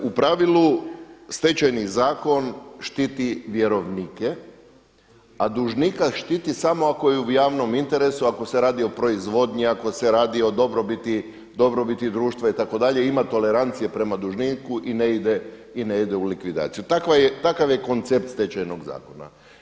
U pravilu Stečajni zakon štiti vjerovnike, a dužnika štiti samo ako je u javnom interesu, ako se radi o proizvodnji, ako se radi o dobrobiti društva itd. ima tolerancije prema dužniku i ne ide u likvidaciju, takav je koncept Stečajnog zakona.